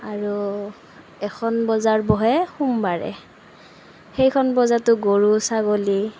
আৰু এখন বজাৰ বহে সোমবাৰে সেইখন বজাৰতো গৰু ছাগলী